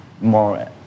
more